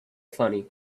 funny